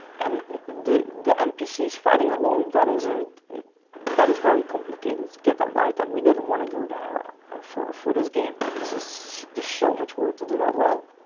and the the npc's fighting along, that is ah that is very complicated to get that right, and we didn't want to go there for for this game, because it's just so much work to do that well.